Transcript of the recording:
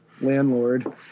landlord